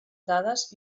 dades